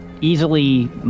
easily